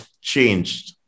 changed